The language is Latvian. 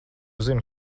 zinu